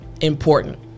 important